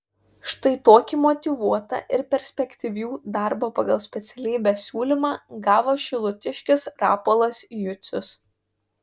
štai tokį motyvuotą ir perspektyvių darbo pagal specialybę siūlymą gavo šilutiškis rapolas jucius